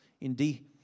Indeed